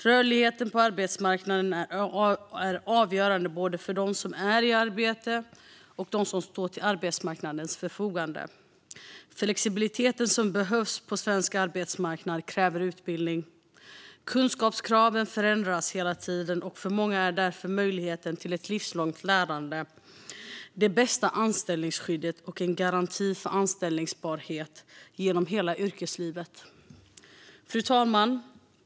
Rörligheten på arbetsmarknaden är avgörande både för dem som är i arbete och för dem som står till arbetsmarknadens förfogande. Flexibiliteten som behövs på svensk arbetsmarknad kräver utbildning. Kunskapskraven förändras hela tiden, och för många är därför möjligheten till ett livslångt lärande det bästa anställningsskyddet och en garanti för anställbarhet genom hela yrkeslivet. Fru talman!